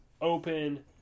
open